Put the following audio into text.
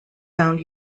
found